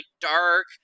dark